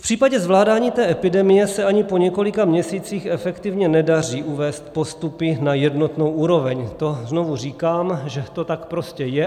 V případě zvládání té epidemie se ani po několika měsících efektivně nedaří uvést postupy na jednotnou úroveň, to znovu říkám, že to tak prostě je.